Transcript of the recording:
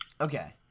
Okay